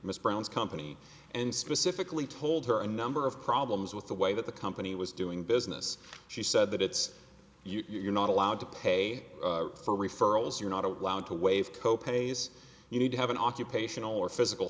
brown's company and specifically told her a number of problems with the way that the company was doing business she said that it's you're not allowed to pay for referrals you're not allowed to waive co pays you need to have an occupational or physical